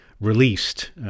released